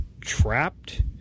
trapped